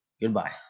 Goodbye